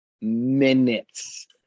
minutes